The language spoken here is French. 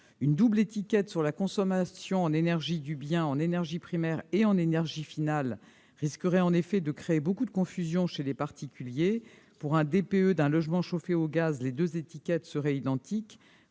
Une double étiquette sur la consommation en énergie du bien en énergie primaire et en énergie finale risquerait en effet de créer beaucoup de confusion chez les particuliers. Pour un DPE d'un logement chauffé au gaz, les deux étiquettes seraient identiques,